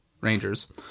Rangers